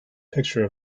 picture